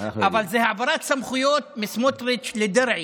אבל זה העברת סמכויות מסמוטריץ' לדרעי,